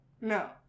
No